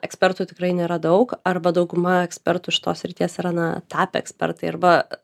ekspertų tikrai nėra daug arba dauguma ekspertų šitos srities yra na tapę ekspertai arba